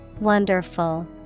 Wonderful